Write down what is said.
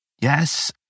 Yes